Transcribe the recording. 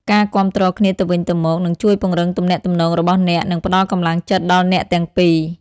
ការគាំទ្រគ្នាទៅវិញទៅមកនឹងជួយពង្រឹងទំនាក់ទំនងរបស់អ្នក និងផ្តល់កម្លាំងចិត្តដល់អ្នកទាំងពីរ។